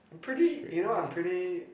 pretty you know I'm pretty